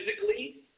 physically